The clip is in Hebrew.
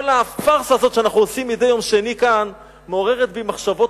כל הפארסה הזו שאנחנו עושים מדי יום שני כאן מעוררת בי מחשבות